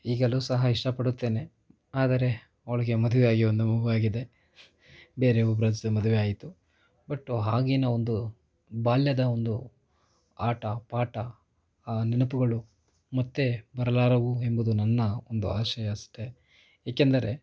ಈಗಲೂ ಸಹ ಇಷ್ಟಪಡುತ್ತೇನೆ ಆದರೆ ಅವಳಿಗೆ ಮದುವೆಯಾಗಿ ಒಂದು ಮಗು ಆಗಿದೆ ಬೇರೆ ಒಬ್ಬರ ಜೊತೆ ಮದುವೆ ಆಯಿತು ಬಟ್ ಹಾಗೆನೇ ಒಂದು ಬಾಲ್ಯದ ಒಂದು ಆಟ ಪಾಠ ಆ ನೆನಪುಗಳು ಮತ್ತೆ ಬರಲಾರವು ಎಂಬುದು ನನ್ನ ಒಂದು ಆಶಯ ಅಷ್ಟೇ ಏಕೆಂದರೆ